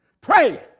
Pray